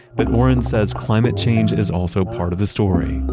but orrin says climate change is also part of the story.